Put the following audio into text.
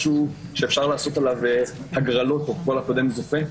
זה לא משהו שאפשר לעשות בו הגרלות של כל הקודם זוכה.